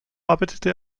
arbeitete